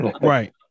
Right